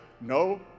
No